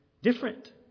Different